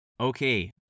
Okay